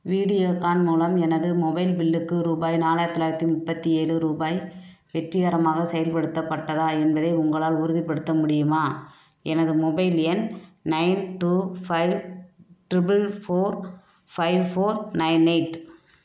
வீடியோகான் மூலம் எனது மொபைல் பில்லுக்கு ரூபாய் நாலாயிரத்தி தொள்ளாயிரத்தி முப்பத்தி ஏழு ரூபாய் வெற்றிகரமாக செயல்படுத்தப்பட்டதா என்பதை உங்களால் உறுதிப்படுத்த முடியுமா எனது மொபைல் எண் nine two five triple four five four nine eight